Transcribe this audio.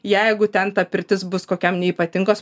jeigu ten ta pirtis bus kokiam neypatingos